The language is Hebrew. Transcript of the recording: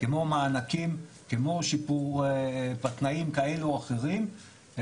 כמו מענקים, כמו שיפור בתנאים כאלו או אחרים.